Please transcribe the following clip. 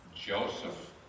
Joseph